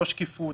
לא שקיפות,